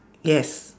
yes